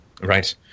Right